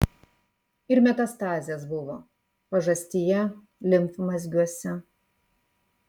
ir metastazės buvo pažastyje limfmazgiuose